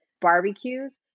barbecues